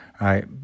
right